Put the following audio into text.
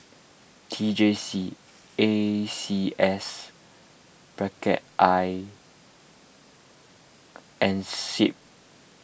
T J C A C S bracket I and Seab